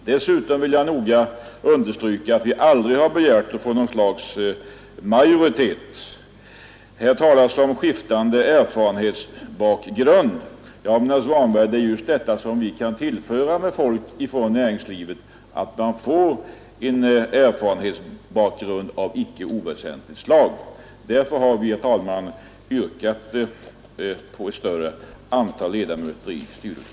Dessutom vill jag noga understryka att vi aldrig har begärt att få något slags majoritet. Här talas det om skiftande erfarenhetsbakgrund. Ja, herr Svanberg, det är just en erfarenhetsbakgrund av icke oväsentligt slag som kan tillföras konsumentverket genom folk från näringslivet i dess styrelse. Därför har vi, herr talman, yrkat på ett större antal ledamöter i styrelsen.